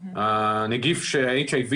נגיף ה-HIV,